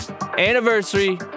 anniversary